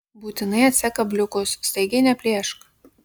būtinai atsek kabliukus staigiai neplėšk